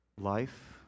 Life